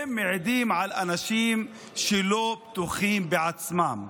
הן מעידות על אנשים שלא בטוחים בעצמם.